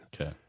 Okay